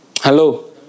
Hello